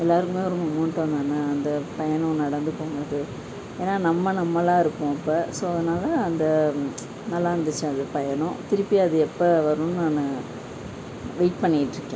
எல்லாருக்குமே ஒரு முமெண்ட்டம் தான் அந்த பயணம் நடந்து போனது ஏன்னா நம்ம நம்மளாக இருப்போம் அப்போ ஸோ அதனால் அந்த நல்லாயிருந்துச்சி அந்த பயணம் திருப்பி அது எப்போ வரும்னு நான் வெயிட் பண்ணிக்கிட்டு இருக்கேன்